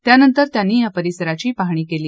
त्यानंतर त्यांनी या परिसराची पाहणीही केली